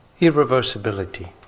irreversibility